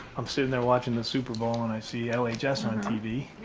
i'm sitting there watching the super bowl and i see ellie jess on tv.